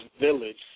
Village